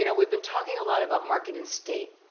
you know we've been talking a lot about market and state,